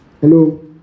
Hello